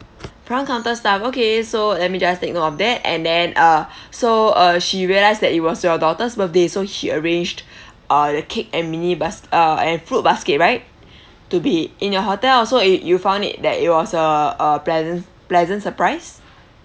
front counter staff okay so let me just take note of that and then uh so uh she realised that it was your daughter's birthday so she arranged uh the cake and uh and fruit basket right to be in your hotel also i~ you found it that it was a a pleasant pleasant surprise